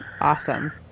awesome